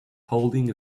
holding